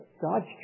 God's